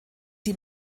die